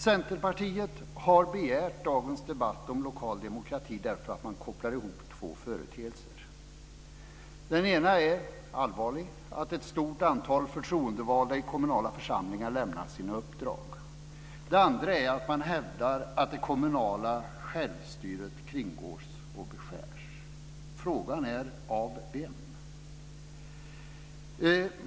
Centerpartiet har begärt dagens debatt om lokal demokrati därför att man kopplar ihop två företeelser. Den ena är allvarlig, nämligen att ett stort antal förtroendevalda i kommunala församlingar lämnat sina uppdrag. Den andra är att man hävdar att det kommunala självstyret kringgås och beskärs. Frågan är: Av vem?